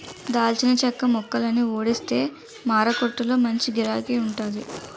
దాల్చిన చెక్క మొక్కలని ఊడిస్తే మారకొట్టులో మంచి గిరాకీ వుంటాది